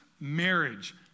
marriage